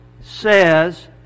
says